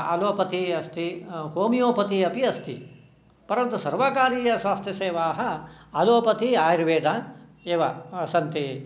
allopathy अस्ति homeopathy अपि अस्ति परन्तु सर्वकारीयस्वास्थ्यसेवाः आलोपथी आयुर्वेदः एव सन्ति